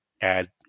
Add